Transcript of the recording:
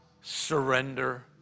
surrender